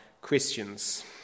Christians